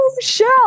shell